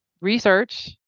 research